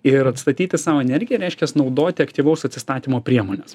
ir atstatyti sau energiją reiškias naudoti aktyvaus atsistatymo priemones